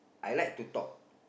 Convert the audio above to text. I like to talk